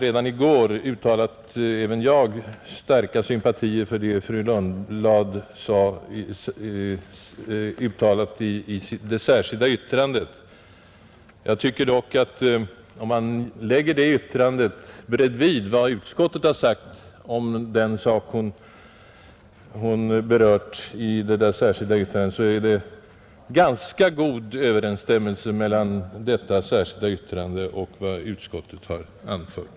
Redan i går uttalade även jag sympatier för det som fru Lundblad har anfört i sitt särskilda yttrande. Jag tycker f.ö. att om man lägger det yttrandet bredvid vad utskottet har sagt om den sak som fru Lundblad har berört i sitt särskilda yttrande, finner man nog att det råder ganska god överensstämmelse mellan detta yttrande och vad utskottet har anfört.